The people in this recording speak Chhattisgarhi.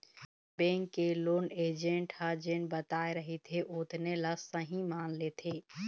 बेंक के लोन एजेंट ह जेन बताए रहिथे ओतने ल सहीं मान लेथे